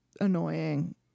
annoying